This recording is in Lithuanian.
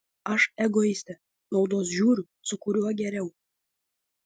aš egoistė naudos žiūriu su kuriuo geriau